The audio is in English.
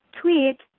tweet